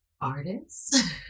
artists